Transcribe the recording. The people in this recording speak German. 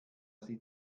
sie